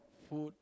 food